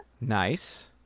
Nice